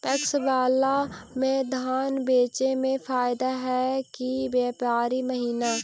PACS बाला में धान बेचे मे फायदा है कि व्यापारी महिना?